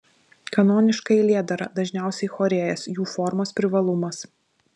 kanoniška eilėdara dažniausiai chorėjas jų formos privalumas